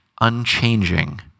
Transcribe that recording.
unchanging